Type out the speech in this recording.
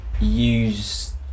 use